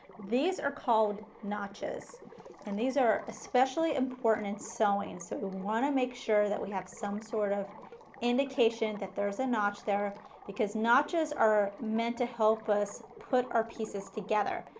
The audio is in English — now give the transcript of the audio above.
these are called notches and these are especially important in sewing so we want to make sure that we have some sort of indication that there is a notch there because notches are meant to help us put our pieces together,